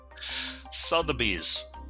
Sotheby's